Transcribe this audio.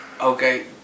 Okay